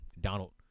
Donald